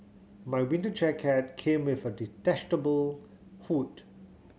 my winter jacket came with a detachable hood